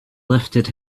lifted